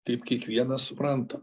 taip kiekvienas supranta